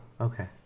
okay